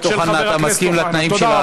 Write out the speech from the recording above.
חבר הכנסת אוחנה, אתה מסכים לתנאים?